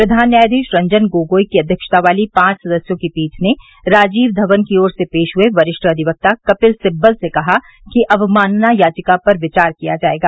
प्रधान न्यायाधीश रंजन गोगोई की अध्यक्षता वाली पांच सदस्यों की पीठ ने राजीव धवन की ओर से पेश हुए वरिष्ठ अधिवक्ता कपिल सिब्बल से कहा कि अवमानना याचिका पर विचार किया जाएगा